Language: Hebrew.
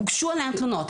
הוגשו עליהם תלונות.